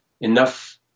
enough